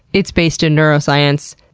it's based in neuroscience.